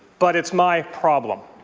but it's my problem.